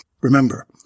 Remember